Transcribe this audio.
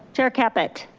chair caput?